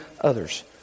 others